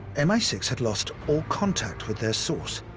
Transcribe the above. m i six had lost all contact with their source.